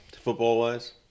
football-wise